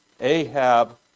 Ahab